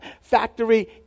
factory